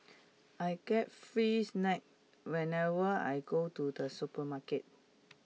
I get free snacks whenever I go to the supermarket